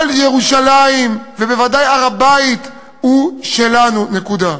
אבל ירושלים, ובוודאי הר-הבית הוא שלנו, נקודה.